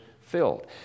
filled